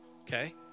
okay